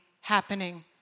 happening